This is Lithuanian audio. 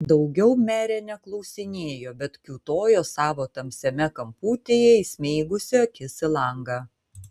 daugiau merė neklausinėjo bet kiūtojo savo tamsiame kamputyje įsmeigusi akis į langą